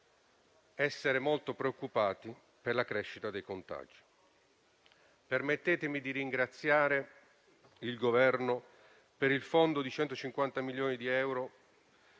molto preoccupati per la crescita dei contagi. Permettetemi di ringraziare il Governo per il fondo di 150 milioni di euro